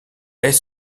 est